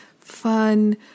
fun